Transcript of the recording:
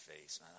face